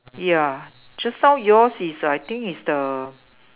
ya just now yours is I think is the